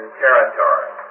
territory